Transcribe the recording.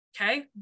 Okay